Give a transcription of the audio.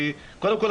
קודם כל,